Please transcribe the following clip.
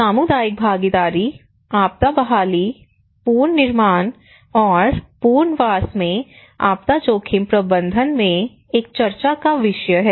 सामुदायिक भागीदारी आपदा बहाली पुनर्निर्माण और पुनर्वास में आपदा जोखिम प्रबंधन में एक चर्चा का विषय है